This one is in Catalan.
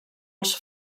els